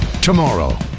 Tomorrow